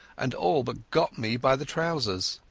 and all but got me by the trousers.